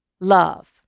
love